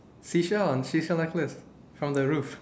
seashell seashell necklace from the roof